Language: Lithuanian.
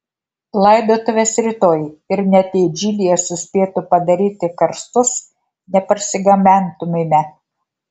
laidotuvės rytoj ir net jei džilyje suspėtų padaryti karstus neparsigabentumėme